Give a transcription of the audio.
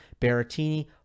Berrettini